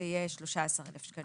13,000 שקלים.